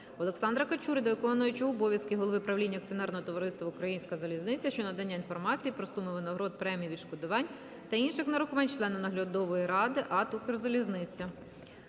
Олександра Качури до виконуючого обов'язки голови правління Акціонерного товариства "Українська залізниця" щодо надання інформації про суми винагород, премій, відшкодувань та інших нарахувань члена наглядової ради АТ "Укрзалізниця".